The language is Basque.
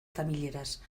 tamileraz